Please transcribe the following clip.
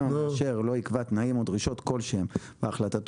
המאשר לא יקבע תנאים או דרישות כלשהן בהחלטתו,